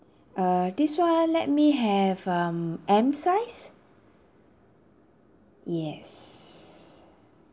uh this [one] let me have um M size yes